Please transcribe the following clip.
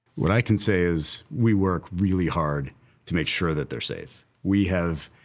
what i can say is, we work really hard to make sure that they're safe. we have.